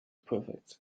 perfect